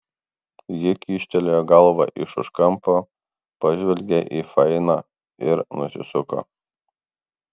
ji kyštelėjo galvą iš už kampo pažvelgė į fainą ir nusisuko